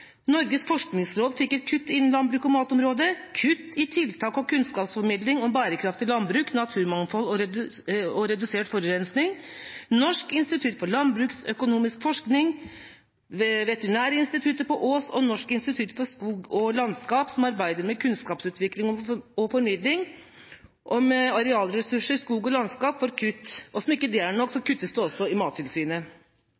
Norges forskningsråd får et kutt innen landbruk- og matområder, at det blir kutt i tiltak til kunnskapsformidling om bærekraftig landbruk, naturmangfold og redusert forurensning, og at det blir kutt for Norsk institutt for landbruksøkonomisk forskning og Veterinærinstituttet på Ås. Videre blir det kutt for Norsk institutt for skog og landskap, som arbeider med kunnskapsutvikling og formidling om arealressurser, skog og landskap. Og som om ikke det er nok,